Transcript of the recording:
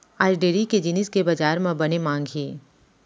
आज डेयरी के जिनिस के बजार म बने मांग हे